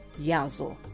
Yazo